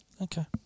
Okay